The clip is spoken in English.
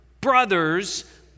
brothers